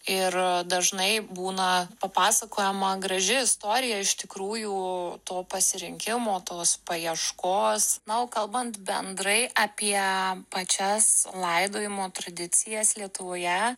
ir dažnai būna papasakojama graži istorija iš tikrųjų to pasirinkimo tos paieškos na o kalbant bendrai apie pačias laidojimo tradicijas lietuvoje